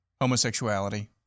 Homosexuality